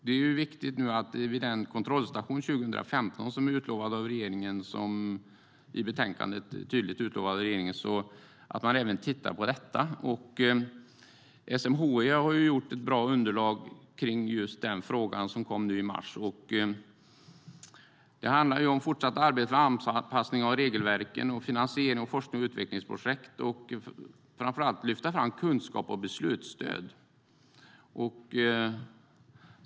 Det är viktigt att man även tittar på detta vid den kontrollstation 2015 som tydligt utlovas av regeringen i betänkandet. SMHI har gjort ett bra underlag om denna fråga som kom i mars. Det handlar om fortsatt arbete med anpassning av regelverken och finansiering av forsknings och utvecklingsprojekt och framför allt om att lyfta fram kunskap och beslutsstöd.